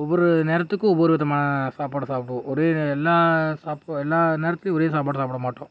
ஒவ்வொரு நேரத்துக்கும் ஒவ்வொரு விதமான சாப்பாடை சாப்பிடுவோம் ஒரே எல்லா சாப்பாடு எல்லா நேரத்துலேயும் ஒரே சாப்பாடு சாப்பிடமாட்டோம்